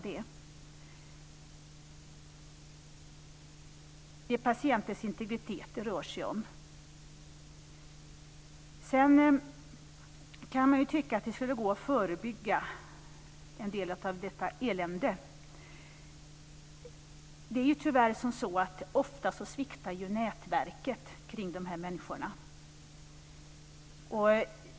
Det rör sig om patientens integritet. Man kan tycka att det skulle gå att förebygga en del av det elände som det är fråga om. Ofta sviktar tyvärr nätverket kring de berörda människorna.